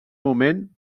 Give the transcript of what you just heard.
moment